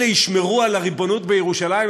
אלה ישמרו על הריבונות בירושלים?